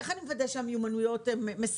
איך אני מוודא שהמיומנויות מספקות?